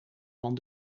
van